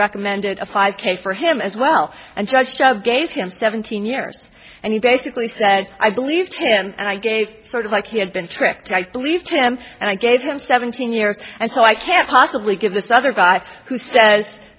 recommended a five k for him as well and just gave him seven seniors and he basically said i believed him and i gave sort of like he had been tricked i believed him and i gave him seventeen years and so i can't possibly give this other guy who says